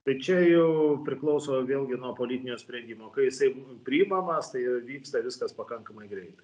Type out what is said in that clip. tai čia jau priklauso vėlgi nuo politinio sprendimo kai jisai priimamas tai vyksta viskas pakankamai greitai